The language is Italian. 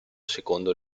secondo